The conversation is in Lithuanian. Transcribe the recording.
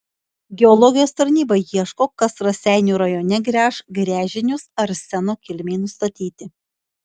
geologijos tarnyba ieško kas raseinių rajone gręš gręžinius arseno kilmei nustatyti